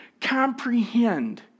Comprehend